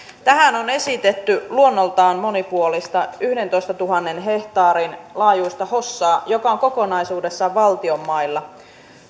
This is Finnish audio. tähän on esitetty luonnoltaan monipuolista yhdentoistatuhannen hehtaarin laajuista hossaa joka on kokonaisuudessaan valtion mailla